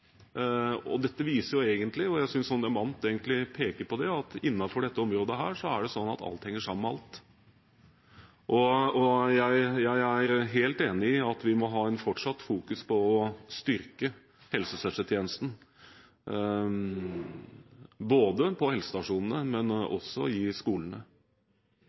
Dette viser jo – jeg synes Sonja Mandt egentlig peker på det – at innenfor dette området er det sånn at alt henger sammen med alt. Jeg er helt enig i at vi må ha et fortsatt fokus på å styrke helsesøstertjenesten, både på helsestasjonene og i skolene.